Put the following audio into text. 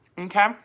okay